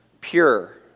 pure